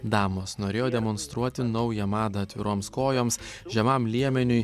damos norėjo demonstruoti naują madą atviroms kojoms žemam liemeniui